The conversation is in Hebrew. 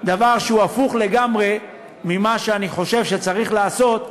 דבר שהוא הפוך לגמרי ממה שאני חושב שצריך לעשות,